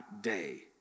day